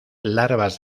larvas